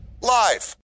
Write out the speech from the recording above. live